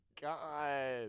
god